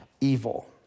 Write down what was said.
evil